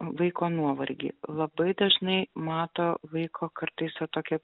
vaiko nuovargį labai dažnai mato vaiko kartais va tokią